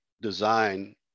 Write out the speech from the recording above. design